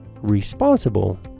responsible